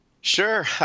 Sure